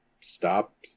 stop